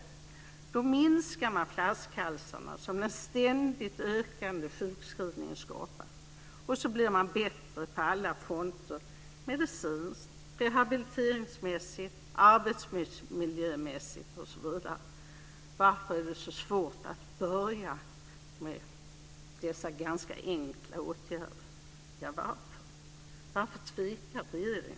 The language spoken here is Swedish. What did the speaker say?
Jo, då minskar man de flaskhalsar som den ständigt ökande sjukskrivningen skapat. Dessutom blir man bättre på alla fronter - medicinskt, rehabiliteringsmässigt, arbetsmiljömässigt osv. Varför är det så svårt att börja med dessa ganska enkla åtgärder? Ja, varför? Varför tvekar regeringen?